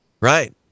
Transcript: right